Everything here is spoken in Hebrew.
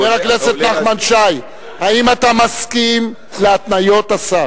חבר הכנסת נחמן שי, האם אתה מסכים להתניות השר?